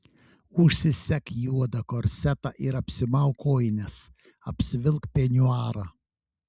užsisek juodą korsetą ir apsimauk kojines apsivilk peniuarą